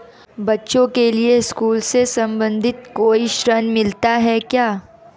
बच्चों के लिए स्कूल से संबंधित कोई ऋण मिलता है क्या?